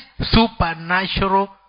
supernatural